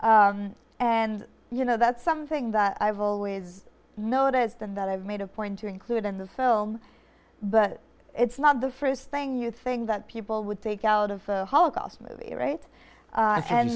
funny and you know that's something that i've always noticed and that i've made a point to include in the film but it's not the first thing you think that people would take out of the holocaust movie right a